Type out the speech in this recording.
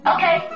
Okay